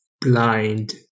Blind